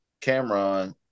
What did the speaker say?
cameron